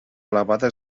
elevada